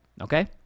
Okay